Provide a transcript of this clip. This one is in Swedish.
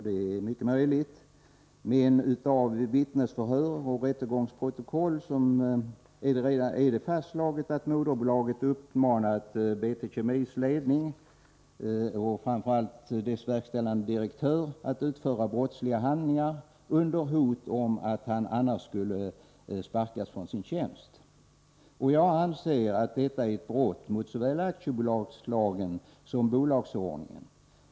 Det är mycket möjligt, men i vittnesförhör och rättegångsprotokoll är det fastslaget att moderbolaget har uppmanat BT Kemis ledning och framför allt dess verkställande direktör att utföra brottsliga handlingar, under hot om att han annars skulle sparkas från sin tjänst. Jag anser att detta är ett brott mot såväl aktiebolagslagen som bolagsordningen.